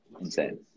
insane